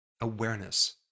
awareness